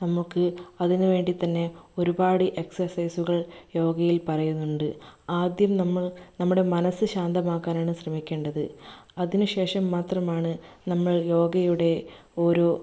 നമുക്ക് അതിനുവേണ്ടിത്തന്നെ ഒരുപാട് എക്സ്ർസൈസുകൾ യോഗയിൽ പറയുന്നുണ്ട് ആദ്യം നമ്മൾ നമ്മുടെ മനസ്സ് ശാന്തമാക്കാനാണ് ശ്രമിക്കേണ്ടത് അതിനു ശേഷം മാത്രമാണ് നമ്മൾ യോഗയുടെ ഓരോ